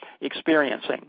experiencing